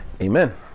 Amen